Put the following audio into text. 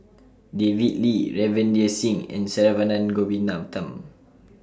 David Lee Ravinder Singh and Saravanan Gopinathan